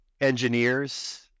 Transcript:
engineers